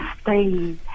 stay